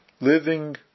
Living